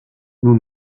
nous